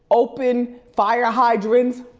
open fire hydrants?